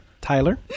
Tyler